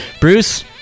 Bruce